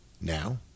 now